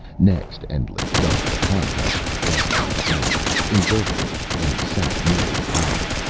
next, endlich dumped the contents of the basket on the ground, inverted it, and sat neely upon it.